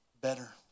better